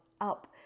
up